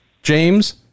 James